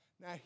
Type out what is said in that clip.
Now